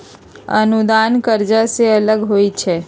अनुदान कर्जा से अलग होइ छै